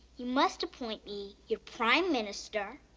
you must appoint me your prime minister.